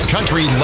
Country